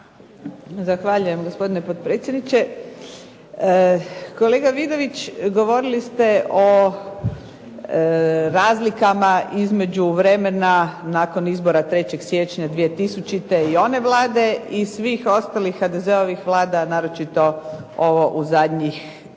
Zahvaljujem gospodine potpredsjedniče. Kolega Vidović govorili ste o razlikama između vremena nakon izbora 3. siječnja 2000. i one Vlade i svih ostalih HDZ-ovih vlada naročito ovo u zadnjih